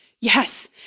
Yes